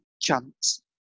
chance